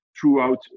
throughout